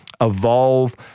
evolve